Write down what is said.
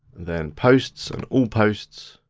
then posts and all posts.